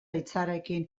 hitzarekin